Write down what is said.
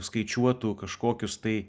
skaičiuotų kažkokius tai